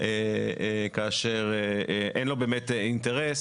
כאשר אין לו באמת אינטרס